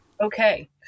okay